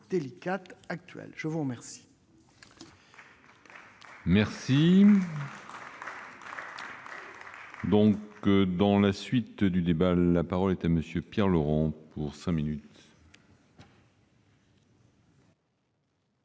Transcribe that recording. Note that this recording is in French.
je vous remercie